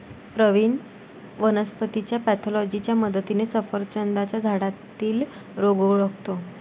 प्रवीण वनस्पतीच्या पॅथॉलॉजीच्या मदतीने सफरचंदाच्या झाडातील रोग ओळखतो